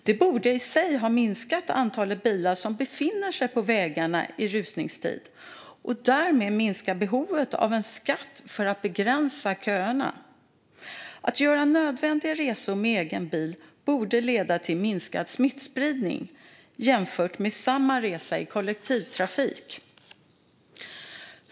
Det i sig borde ha minskat antalet bilar som befinner sig på vägarna i rusningstid och därmed minskat behovet av en skatt för att begränsa köerna. Att göra nödvändiga resor med egen bil borde leda till minskad smittspridning jämfört med samma resor i kollektivtrafiken.